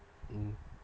mm